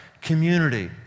community